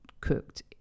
cooked